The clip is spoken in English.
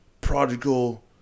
prodigal